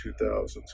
2000s